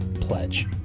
pledge